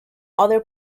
other